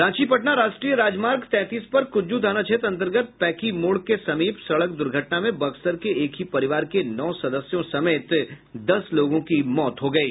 रांची पटना राष्ट्रीय राजमार्ग तैंतीस पर कुज्जु थाना क्षेत्र अंतर्गत पैंकी मोड़ के समीप सड़क दुर्घटना में बक्सर के एक ही परिवार के नौ सदस्यों समेत दस लोगों की मौत हो गयी